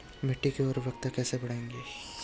मिट्टी की उर्वरकता कैसे बढ़ायें?